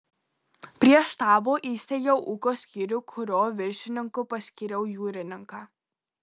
prie štabo įsteigiau ūkio skyrių kurio viršininku paskyriau jūrininką